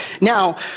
Now